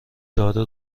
دارو